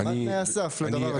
מה תנאי הסף לדבר הזה?